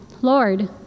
Lord